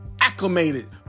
acclimated